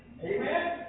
Amen